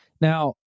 Now